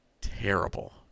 terrible